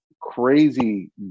crazy